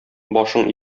башың